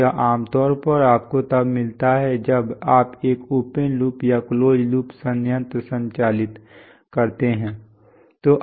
तो यह आम तौर पर आपको तब मिलता है जब आप एक ओपन लूप या क्लोज लूप संयंत्र संचालित करते हैं